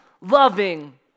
loving